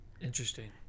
Interesting